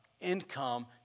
income